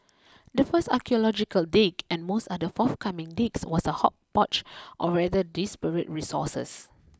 the first archaeological dig and most other forthcoming digs was a hodgepodge of rather disparate resources